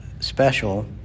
special